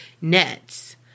nets